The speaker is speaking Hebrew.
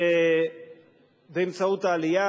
באמצעות העלייה,